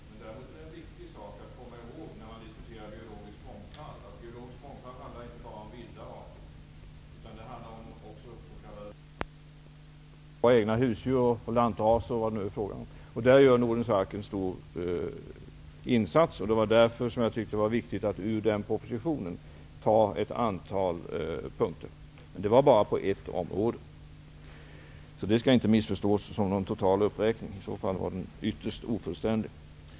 Herr talman! Det är riktigt, Jan Jennehag, att jag inte har nämnt Nordens ark därför att det var en stor sak. Däremot är det en viktig sak att komma ihåg när man diskuterar biologisk mångfald. Biologisk mångfald handlar inte bara om vilda arter. Det handlar också om s.k. domesticerade djur, våra egna husdjur, lantraser och vad det kan vara frågan om. Där gör Nordens ark en stor insats. Därför tyckte jag att det var viktigt att nämna ett antal punkter i propositionen om biologisk mångfald. Det var bara på ett område. Det skall inte missförstås som någon total uppräkning. I så fall var den ytterst ofullständig.